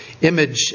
image